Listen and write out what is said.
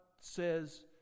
says